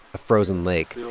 a frozen lake,